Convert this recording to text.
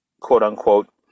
quote-unquote